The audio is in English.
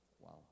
Wow